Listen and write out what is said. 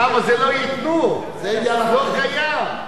שם לא ייתנו, זה לא קיים.